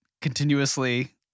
continuously